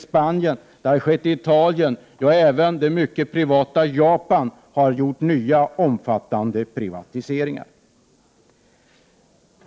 Man har även genomfört nya omfattande privatiseringar i Japan, som redan är i hög grad privatiserat.